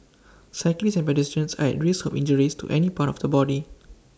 cyclists and pedestrians are at risk of injuries to any part of the body